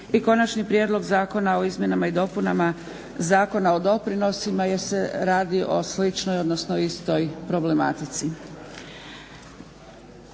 i Konačni prijedlog zakona o izmjenama i dopunama Zakona o doprinosima jer se radi o sličnoj odnosnoj istoj problematici.